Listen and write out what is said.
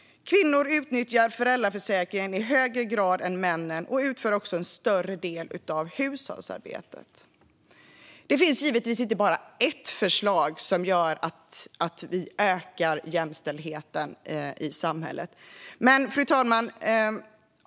Kvinnor utnyttjar föräldraförsäkringen i högre grad än männen och utför också en större del av hushållsarbetet. Det finns givetvis inte bara ett förslag som gör att vi ökar jämställdheten i samhället. Fru talman!